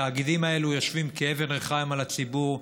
התאגידים האלה יושבים כאבן ריחיים על הציבור.